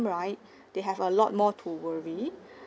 right they have a lot more to worry